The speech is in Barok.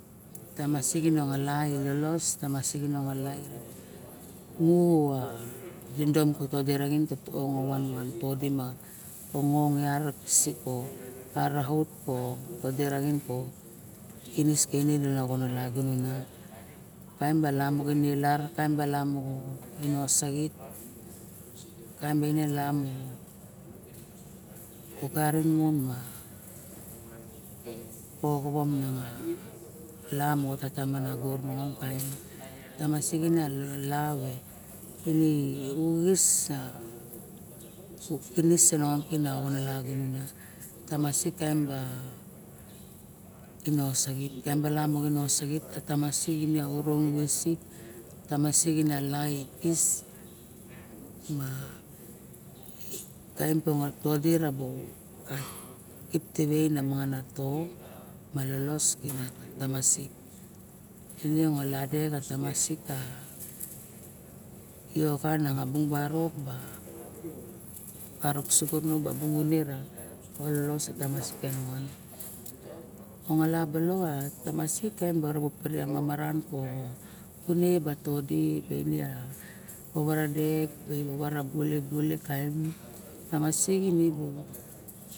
Tamasik enengala ilolos nongola en mu a tinidom to me vaga raxin vanvan ka tod nong yat ka maraut ko xinis ka vaga raxin taem bala ningin ma lar ni yot taem mo ne osaxit kaim bala lar ogarin moxova la mo tata ma nago, a tamasik ma la uxis me u kinis moxo na lagunon tamasik a kino saxit malamo kina sik ene tamasik ela e kis ma kaim pe todi kip kavei ka o ma tamasik ine ngola de ka tamasik i oxa na bung ba rop b a barok suko nenge ne ka ololos ke nongon ongola kone ba todi ibe bara ine vavara dek bara bule bule ivara kaim tamasik ene bu.